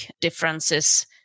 differences